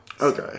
Okay